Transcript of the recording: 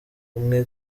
umwe